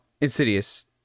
Insidious